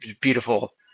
beautiful